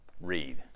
read